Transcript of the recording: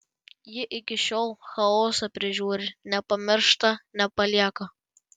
ji iki šiol chaosą prižiūri nepamiršta nepalieka